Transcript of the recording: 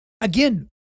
again